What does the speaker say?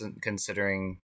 considering